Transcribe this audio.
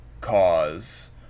cause